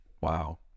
Wow